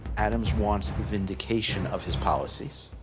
adams wants the vindication of his policies.